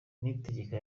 niyitegeka